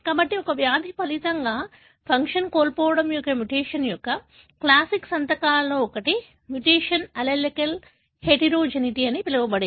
కాబట్టి ఒక వ్యాధి ఫలితంగా ఫంక్షన్ కోల్పోవడం యొక్క మ్యుటేషన్ యొక్క క్లాసిక్ సంతకాలలో ఒకటి మ్యుటేషన్ అల్లెలిక్ హెటెరోజెనిటీ అని పిలవబడేది